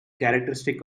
characteristic